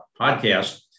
podcast